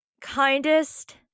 kindest